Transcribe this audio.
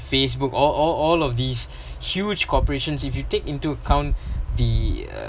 Facebook all all all of these huge corporations if you take into account the uh